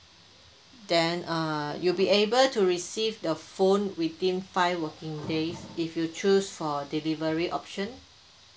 then uh you'll be able to receive the phone within five working days if you choose for delivery option